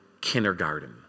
kindergarten